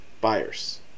buyers